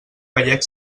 gallec